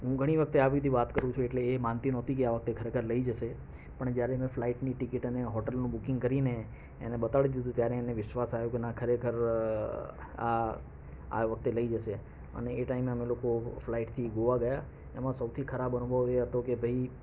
હું ઘણી વખતે આવી રીતે વાત કરું છું એટલે એ માનતી નહોતી કે આ વખતે ખરેખર લઈ જશે પણ જ્યારે મેં ફ્લાઇટની ટિકિટ અને હોટલનું બુકિંગ કરીને એને બતાડી દીધું કે ત્યારે એને વિશ્વાસ આયો કે ના ખરેખર આ આ વખતે લઈ જશે અને એ ટાઈમે અમે લોકો ફ્લાઇટથી ગોવા ગયા એમાં સૌથી ખરાબ અનુભવ એ હતો કે ભાઈ